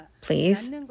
Please